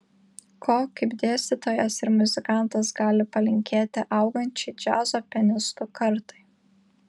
ko kaip dėstytojas ir muzikantas gali palinkėti augančiai džiazo pianistų kartai